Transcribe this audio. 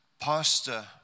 pastor